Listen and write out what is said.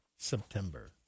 September